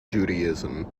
judaism